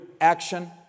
action